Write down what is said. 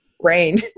brain